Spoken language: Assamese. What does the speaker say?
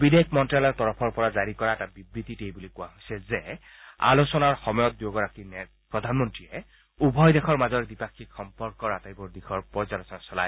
বিদেশ মন্ত্যালয়ৰ তৰফৰ পৰা জাৰি কৰা এটা বিবৃতিত এই বুলি কোৱা হৈছে যে আলোচনাৰ সময়ত দুয়োগৰাকী প্ৰধানমন্ত্ৰীয়ে উভয় দেশৰ মাজৰ দ্বিপাক্ষিক সম্পৰ্ক আটাইবোৰ দিশৰ পৰ্যালোচনা চলায়